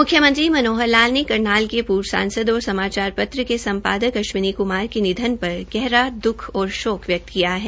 म्ख्यमंत्री मनोहर लाल ने करनाल के पूर्व सांसद और समाचार पत्र के सम्पादक अश्चिनी क्मार के निधन पर गहरा द्ख और शोक व्यक्त किया है